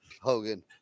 Hogan